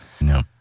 No